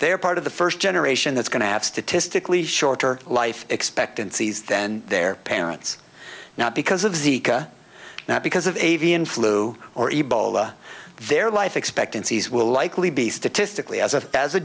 they are part of the first generation that's going to have statistically shorter life expectancies then their parents now because of the now because of avian flu or ebola their life expectancies will likely be statistically as a as a